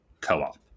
co-op